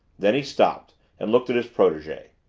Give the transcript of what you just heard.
then he stopped and looked at his protege.